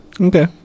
Okay